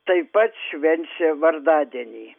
taip pat švenčia vardadienį